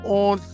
on